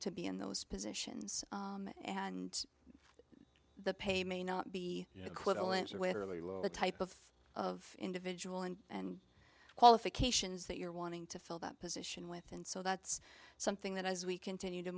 to be in those positions and the pay may not be you know the type of of individual and and qualifications that you're wanting to fill that position with and so that's something that as we continue to